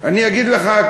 אני אגיד לך.